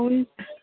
हुन्